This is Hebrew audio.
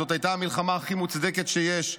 זאת הייתה המלחמה הכי מוצדקת שיש.